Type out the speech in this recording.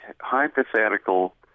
hypothetical